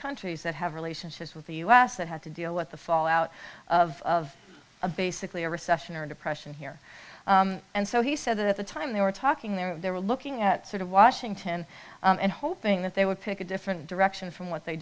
countries that have relationships with the u s that had to deal with the fallout of a basically a recession or depression here and so he said that at the time they were talking there they were looking at sort of washington and hoping that they would pick a different direction from what they